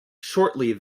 shortly